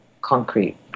concrete